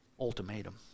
ultimatum